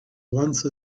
once